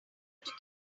kidnap